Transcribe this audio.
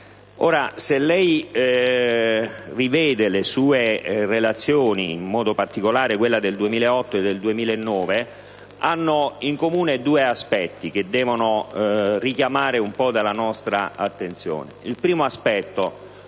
Ora, se lei rivede le sue relazioni, in modo particolare quelle del 2008 e del 2009, esse hanno in comune due aspetti che devono richiamare un po' la nostra attenzione. In primo luogo,